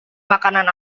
makanan